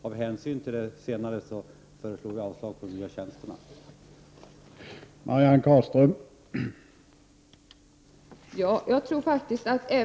Av hänsyn till detta föreslår jag att finansdepartementets begäran om de nya tjänsterna skall avslås.